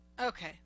Okay